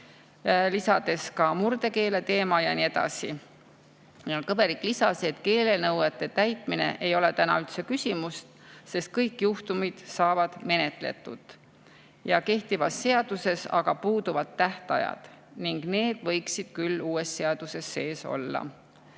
lisades ka murdekeele teema ja nii edasi. Kõverik lisas, et keelenõuete täitmises ei ole täna üldse küsimust, sest kõik juhtumid saavad menetletud, kehtivas seaduses aga puuduvad tähtajad ning need võiksid küll uues seaduses sees olla.